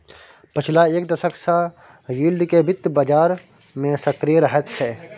पछिला एक दशक सँ यील्ड केँ बित्त बजार मे सक्रिय रहैत छै